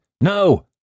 No